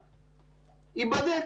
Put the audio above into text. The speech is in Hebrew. ייבדק,